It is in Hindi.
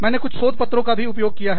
मैंने कुछ शोध पत्रों का भी उपयोग किया है